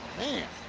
man!